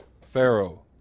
Pharaoh